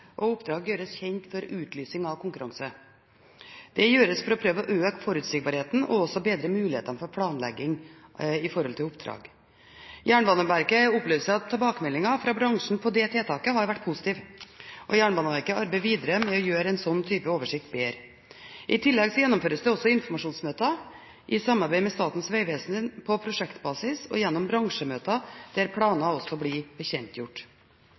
gjøres for å prøve å øke forutsigbarheten og bedre mulighetene for planlegging når det gjelder oppdrag. Jernbaneverket opplyser at tilbakemeldingen fra bransjen når det gjelder det tiltaket, har vært positiv. Jernbaneverket arbeider videre med å gjøre en slik oversikt bedre. I tillegg gjennomføres det også informasjonsmøter i samarbeid med Statens vegvesen på prosjektbasis og gjennom bransjemøter der planer også blir bekjentgjort.